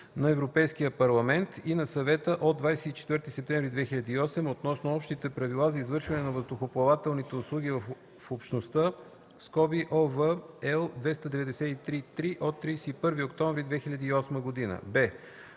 на Европейския парламент и на Съвета от 24 септември 2008 г. относно общите правила за извършване на въздухоплавателни услуги в Общността (ОВ, L 293/3 от 31 октомври 2008 г.);